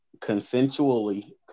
consensually